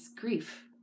grief